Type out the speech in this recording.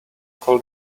call